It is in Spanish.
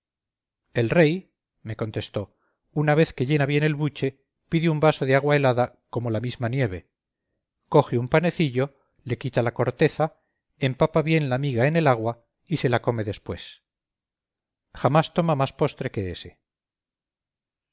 el rey me contestó una vez que llena bien el buche pide un vaso de agua helada como la misma nieve coge un panecillo le quita la corteza empapa bien la miga en el agua y se la come después jamás toma más postre que ése